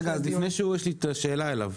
לפני כן יש לי שאלה אליו.